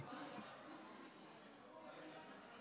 חברי הכנסת,